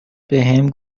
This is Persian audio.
بهم